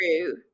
true